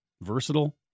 Versatile